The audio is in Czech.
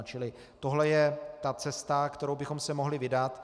Čili tohle je ta cesta, kterou bychom se mohli vydat.